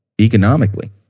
economically